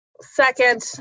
Second